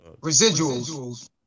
Residuals